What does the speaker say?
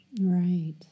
Right